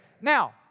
Now